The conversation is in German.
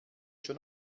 schon